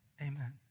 Amen